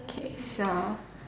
okay so